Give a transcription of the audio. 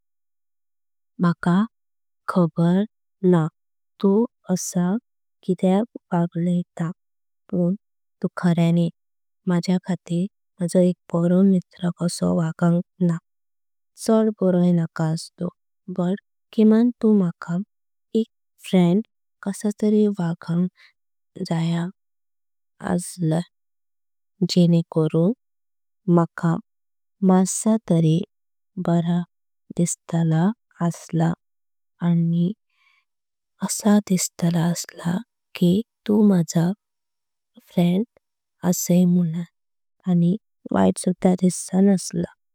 माझा खबर ना तू असा किदेक वगळाय ता पून तू। खर्यानीत माझ्या खातीर माझो एक बरो मित्र कासो वगांक ना। छाड बरोय नकां असलो बुत किमान तू माझा एक फ्रेंड कसा। तरी वगांक जय असा लेंकारूण माका मासा तरी बरा। दिसतला असला आणि वैत सुधा दिसचा नसला।